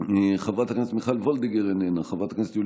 חבר הכנסת משה ארבל,